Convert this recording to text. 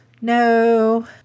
No